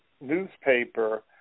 newspaper